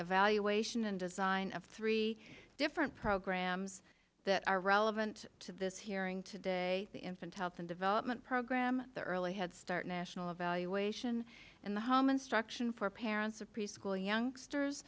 evaluation and design of three different programs that are relevant to this hearing today the infant health and development program the early head start national evaluation and the home instruction for parents of preschool